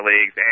leagues